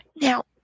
Now